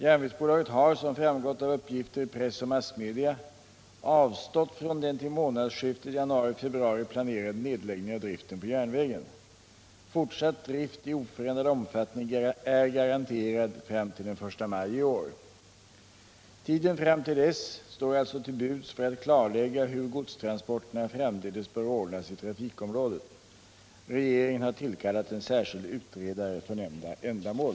Järnvägsbolaget har — som framgått av uppgifter i press och massmedia — avstått från den till månadsskiftet januari-februari planerade nedläggningen av driften på järnvägen. Fortsatt drift i oförändrad omfattning är garanterad fram till den I maj i år. Tiden fram till dess står alltså till buds för att klarlägga hur godstransporterna framdeles bör ordnas i trafikområdet. Regeringen har tillkallat en särskild utredare för nämnda ändamål.